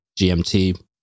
GMT